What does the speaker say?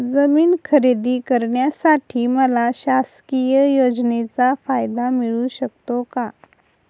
जमीन खरेदी करण्यासाठी मला शासकीय योजनेचा फायदा मिळू शकतो का?